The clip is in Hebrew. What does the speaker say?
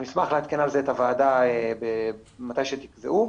נשמח לעדכן על זה את הוועדה מתי שתמצאו לנכון.